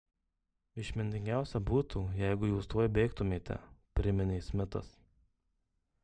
išmintingiausia būtų jeigu jūs tuoj bėgtumėte priminė smitas